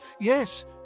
Yes